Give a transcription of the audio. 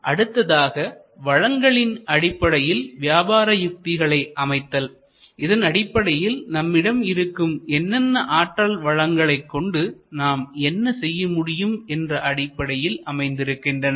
இனி அடுத்ததாக வளங்களின் அடிப்படையில் வியாபார யுக்திகளை அமைத்தல் இதனடிப்படையில் நம்மிடம் இருக்கும் என்னென்ன ஆற்றல் வளங்கள் கொண்டு நாம் என்ன செய்ய முடியும் என்ற அடிப்படையில் அமைந்திருக்கின்றன